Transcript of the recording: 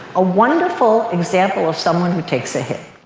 a wonderful example of someone who takes a hit.